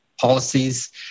policies